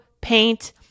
paint